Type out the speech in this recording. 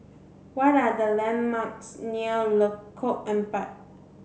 what are the landmarks near Lengkok Empat